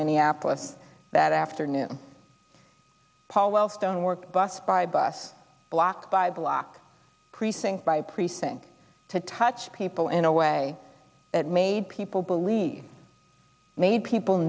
minneapolis that afternoon paul wellstone bus by bus block by block precinct by precinct to touch people in a way that made people believe made people